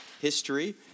history